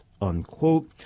unquote